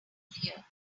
here